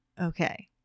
okay